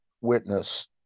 witness